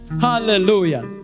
Hallelujah